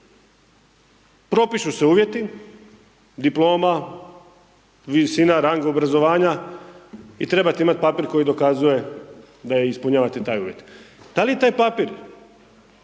Propišu se uvjeti diploma, visina rang obrazovanja i trebate imati papir koji dokazuje da ispunjavate taj uvjet. Da li taj papir,